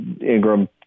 Ingram